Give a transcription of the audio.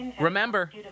remember